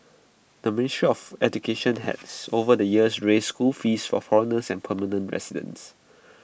the ministry of education has over the years raised school fees for foreigners and permanent residents